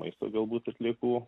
maisto galbūt atliekų